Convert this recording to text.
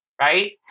right